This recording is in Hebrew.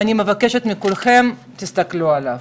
הוא שקף שאני מבקשת מכולכם להסתכל עליו.